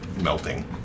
melting